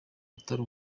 atari